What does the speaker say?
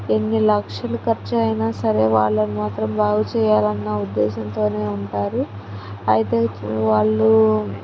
ఎన్ని లక్షలు ఖర్చు అయినా సరే వాళ్ళని మాత్రం బాగుచేయాలన్న ఉద్దేశంతోనే ఉంటారు అయితే వాళ్ళు